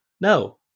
no